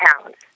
pounds